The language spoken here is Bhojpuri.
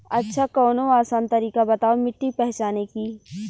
अच्छा कवनो आसान तरीका बतावा मिट्टी पहचाने की?